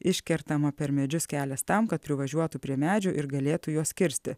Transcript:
iškertama per medžius kelias tam kad privažiuotų prie medžių ir galėtų juos kirsti